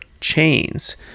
chains